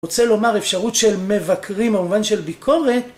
רוצה לומר, אפשרות של מבקרים במובן של ביקורת.